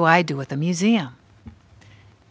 do i do with the museum